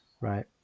right